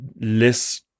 less